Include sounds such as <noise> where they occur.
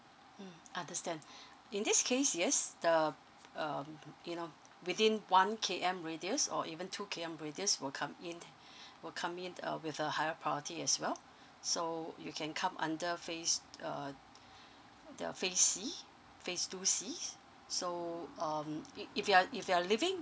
mm understand <breath> in this case yes the um you know within one K_M radius or even two K_M radius will come in <breath> will come in uh with a higher property as well so you can come under phase uh the phase C phase two C so um if if you're if you're living